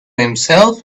himself